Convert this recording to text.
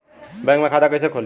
Bank मे खाता कईसे खुली हो?